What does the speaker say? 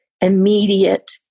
immediate